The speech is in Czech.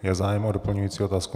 Je zájem o doplňující otázku?